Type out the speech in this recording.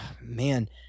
man